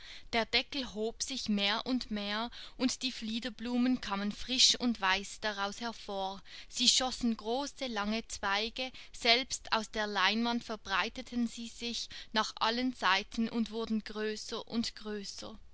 der deckel hob sich mehr und mehr und die fliederblumen kamen frisch und weiß daraus hervor sie schossen große lange zweige selbst aus der leinwand verbreiteten sie sich nach allen seiten und wurden größer und größer